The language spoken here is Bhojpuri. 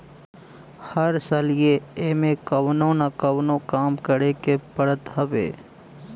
हर सलिए एमे कवनो न कवनो काम करे के पड़त हवे